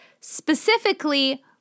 specifically